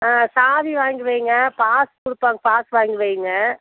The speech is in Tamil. சாவி வாங்கி வைங்க பாஸ் கொடுப்பாங்க பாஸ் வாங்கி வைங்க